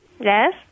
Yes